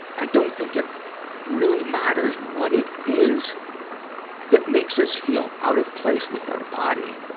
i don't think it really matters what it is that makes us feel out of place with our body.